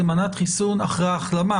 זה מנת חיסון אחרי החלמה?